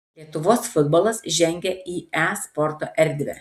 lietuvos futbolas žengia į e sporto erdvę